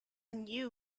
new